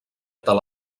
tel